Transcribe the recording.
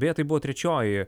beje tai buvo trečioji